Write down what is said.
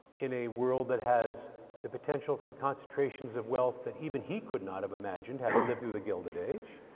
in a world that has the potential for concentrations of wealth that even he could not have imagined, having lived through the gilded age.